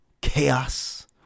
Chaos